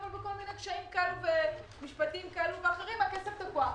אבל בכל מיני קשיים משפטיים כאלה ואחרים הכסף תקוע.